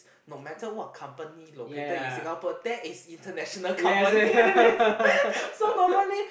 no matter what company located in Singapore that is international company already so normally